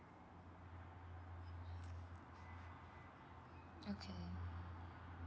okay